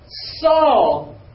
Saul